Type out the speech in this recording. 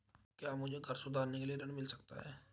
क्या मुझे घर सुधार के लिए ऋण मिल सकता है?